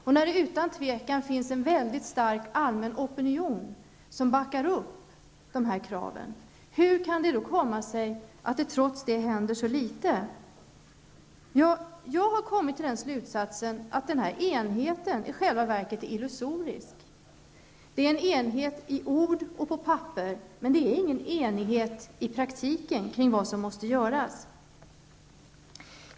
Det finns också utan tvekan en mycket stark allmän opinion som backar upp dessa krav. Hur kan det då komma sig att det trots det händer så litet? Jag har kommit till slutsatsen att denna enighet i själva verket är illusorisk. Det är en enighet i ord och på papper, men det är ingen enighet i praktiken kring vad som måste göras.